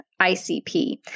ICP